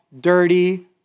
Dirty